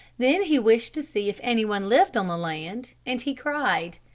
then he wished to see if anyone lived on the land, and he cried,